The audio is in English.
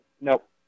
Nope